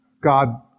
God